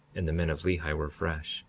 and the men of lehi were fresh